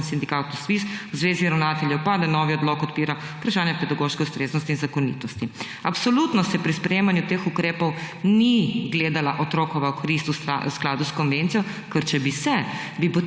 sindikatu SVIZ, v zvezi ravnateljev pa, da novi odlok odpira vprašanje pedagoške ustreznosti in zakonitosti.« Absolutno se pri sprejemanju teh ukrepov ni gledala otrokova korist v skladu s konvencijo, ker če bi se, bi